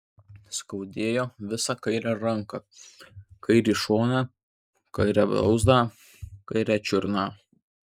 skaudėjo visą kairę ranką kairį šoną kairę blauzdą kairę čiurną